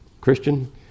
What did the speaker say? Christian